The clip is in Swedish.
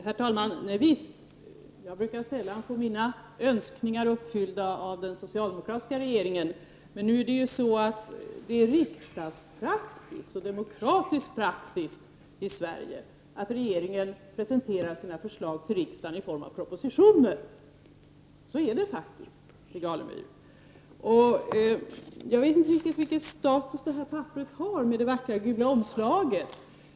Herr talman! Jag brukar sällan få mina önskningar uppfyllda av den socialdemokratiska regeringen. Men nu är det ju riksdagspraxis och demokratisk praxis i Sverige att regeringen presenterar sina förslag till riksdagen i form av propositioner — så är det faktiskt, Stig Alemyr. Jag vet inte riktigt vilken status papperet med det vackra gula omslaget har.